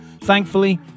Thankfully